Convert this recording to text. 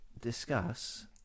discuss